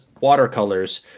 watercolors